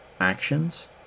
actions